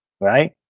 right